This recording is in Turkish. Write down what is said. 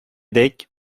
dek